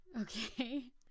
Okay